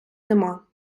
нема